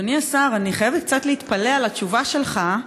אדוני השר, אני חייבת קצת להתפלא על התשובה שלך.